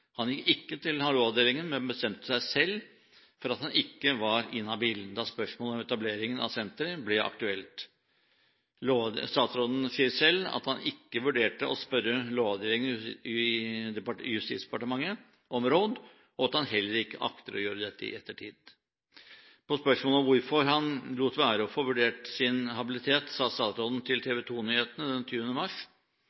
Han gikk ikke til Lovavdelingen, men bestemte seg for at han ikke var inhabil da spørsmålet om etableringen av senteret ble aktuelt. Statsråden sier selv at han ikke vurderte å spørre Lovavdelingen i Justisdepartementet om råd, og at han heller ikke akter å gjøre dette i ettertid. På spørsmål om hvorfor han lot være å få vurdert sin habilitet, sa statsråden til